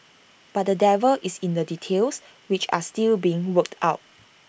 but the devil is in the details which are still being worked out